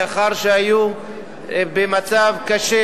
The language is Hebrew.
לאחר שהיו במצב קשה,